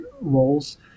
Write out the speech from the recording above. roles